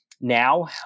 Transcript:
now